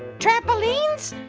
trampolines?